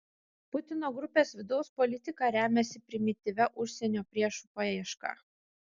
putino grupės vidaus politika remiasi primityvia užsienio priešų paieška